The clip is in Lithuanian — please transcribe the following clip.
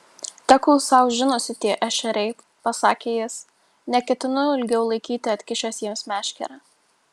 tegul sau žinosi tie ešeriai pasakė jis neketinu ilgiau laikyti atkišęs jiems meškerę